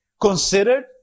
considered